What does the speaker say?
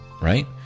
right